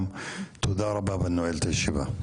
תודה רבה, אני נועל את הישיבה.